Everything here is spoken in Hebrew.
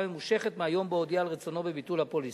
ממושכת מהיום שבו הודיע על רצונו בביטול הפוליסה.